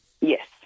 Yes